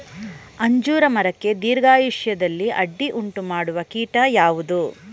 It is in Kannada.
ಅಂಜೂರ ಮರಕ್ಕೆ ದೀರ್ಘಾಯುಷ್ಯದಲ್ಲಿ ಅಡ್ಡಿ ಉಂಟು ಮಾಡುವ ಕೀಟ ಯಾವುದು?